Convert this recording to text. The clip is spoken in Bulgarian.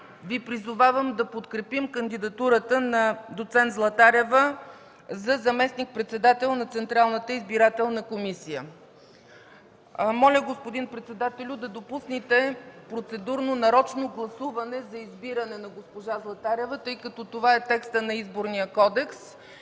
Ви призовавам да подкрепим кандидатурата на доц. Златарева за заместник-председател на Централната избирателна комисия. Моля, господин председателю, да допуснете процедурно нарочно гласуване за избиране на госпожа Златарева, тъй като това е текстът на Изборния кодекс.